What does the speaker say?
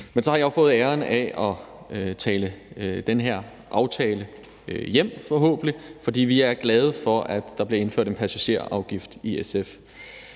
Men så har jeg jo fået æren af at tale den her aftale hjem, forhåbentlig, for vi er glade for, at der bliver indført en passagerafgift, i SF.